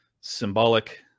symbolic